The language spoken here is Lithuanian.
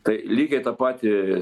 tai lygiai tą patį